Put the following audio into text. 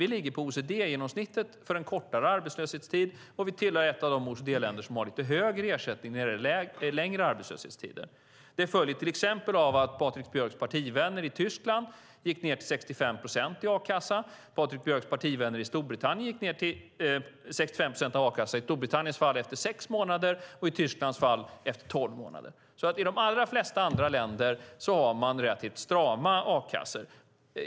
Vi ligger på OECD-genomsnittet för en kortare arbetslöshetstid, och vi tillhör de OECD-länder som har lite högre ersättning när det gäller längre arbetslöshetstider. Patrik Björcks partivänner i Tyskland gick ned till 65 procent i a-kassa efter tolv månader. Patrik Björcks partivänner i Storbritannien gick ned till 65 procent i a-kassa efter sex månader. I de allra flesta andra länder har man relativt strama a-kassor.